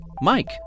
Mike